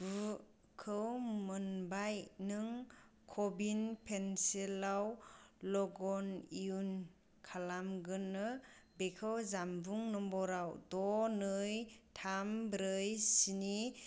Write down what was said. गु खौ मोनबाय नों क विन पर्टेलाव लग इन खालामनो बेखौ जानबुं नम्बराव द' नै थाम ब्रै स्नि